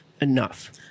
enough